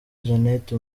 jeannette